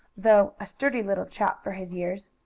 though a sturdy little chap for his years.